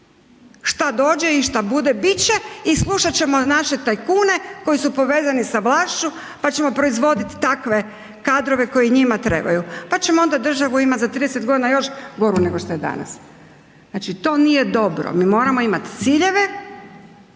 što dođe i što bude, bit će i slušat ćemo naše tajkune koji su povezani sa vlašću pa ćemo proizvoditi takve kadrove koji njima trebaju pa ćemo onda državu imati za 30 godina još goru nešto što je danas. Znači to nije dobro, mi moramo imati ciljeve